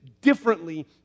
differently